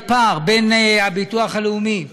היה פער בין הביטוח הלאומי,